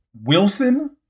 Wilson